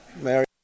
Mary